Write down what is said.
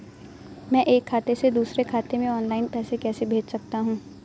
मैं एक खाते से दूसरे खाते में ऑनलाइन पैसे कैसे भेज सकता हूँ?